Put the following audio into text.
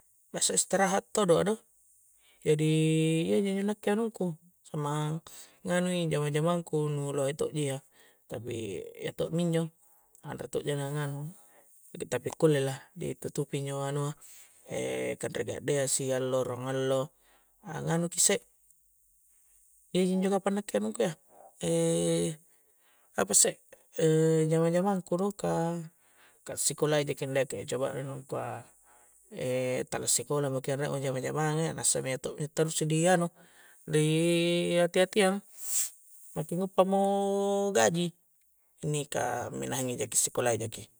Biasa istiraha' todo' a' do jadi' injo' njo nakke' anung' ku samang nganui' injo' jamang-jamang' ku nu' lohe to'ji iya, tapi ya to'mi injo' anre' to'ja na nganu' tapi kulle' lah di tutupi injo' anua' e' kandre'-kandrea' si' alloro' ngallo' a' nganuki sse' injo' kapang nakke' anungku ya e' apa isse' e' jamang'-jamang' ku do', kah kassikola'i jaki' andeke'e coba memang kua' e' tala sikola' maki anre'mo jamang'-jamangan' ya nassami tu' ituji tarrusu' di anu' di ati'-ati'ang nakke nguppa' mo gaji, inni' kah millahing' jaki' sikolla' jaki.